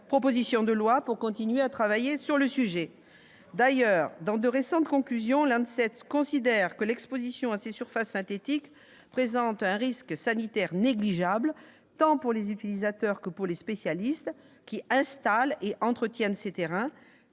proposition de loi pour continuer à travailler sur le sujet. D'ailleurs, dans de récentes conclusions, l'Agence considère que l'exposition à ces surfaces synthétiques présente un risque sanitaire négligeable, tant pour les utilisateurs que pour les spécialistes qui installent et entretiennent ces terrains.